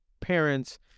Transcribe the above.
parents